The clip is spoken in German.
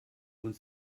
und